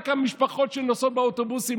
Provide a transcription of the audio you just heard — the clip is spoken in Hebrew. רק המשפחות שנוסעות באוטובוסים,